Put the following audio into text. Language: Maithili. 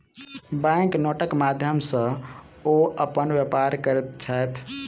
बैंक नोटक माध्यम सॅ ओ अपन व्यापार करैत छैथ